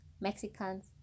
Mexicans